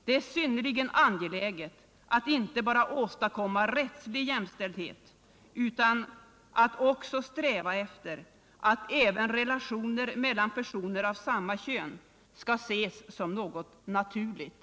Det är synnerligen angeläget att inte bara åstadkomma rättslig jämställdhet utan också sträva efter att även relationer mellan personer av samma kön skall ses såsom något naturligt.